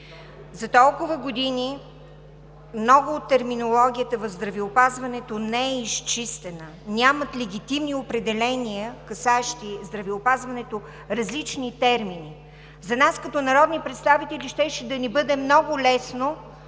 За толкова години много от терминологията в здравеопазването не е изчистена. Няма легитимни определения, касаещи здравеопазването – различни термини. За нас като народни представители щеше да ни бъде много лесно